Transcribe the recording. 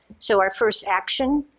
so our first action,